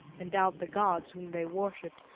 endowed the gods, whom they worshipped,